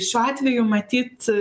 šiuo atveju matyt